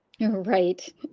Right